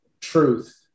truth